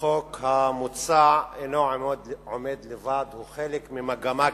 החוק המוצע אינו עומד לבד, הוא חלק ממגמה כללית,